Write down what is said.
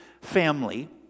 Family